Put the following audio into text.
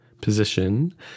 position